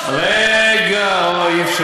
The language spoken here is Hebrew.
אם זה,